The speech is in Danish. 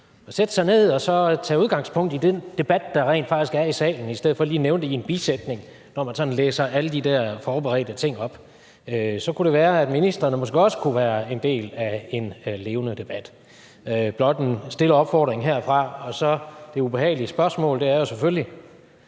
sætte sig ned og tage udgangspunkt i den debat, der rent faktisk er i salen i stedet for lige at nævne det i en bisætning, når man læser alle de der sådan forberedte ting op. Så kunne det være, at ministrene måske også kunne være en del af en levende debat – blot en stille opfordring herfra. Og det ubehagelige spørgsmål er jo så selvfølgelig: